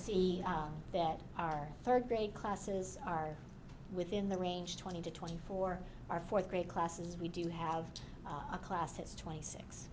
see that our third grade classes are within the range twenty to twenty four our fourth grade classes we do have a class that's twenty six